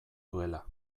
duela